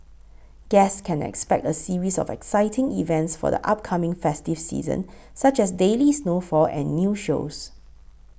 guests can expect a series of exciting events for the upcoming festive season such as daily snowfall and new shows